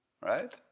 right